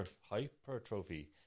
hypertrophy